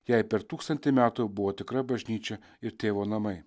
jai per tūkstantį metų jau buvo tikra bažnyčia ir tėvo namai